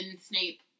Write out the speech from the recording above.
Snape